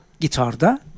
gitarda